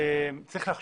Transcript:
צריך להחליט,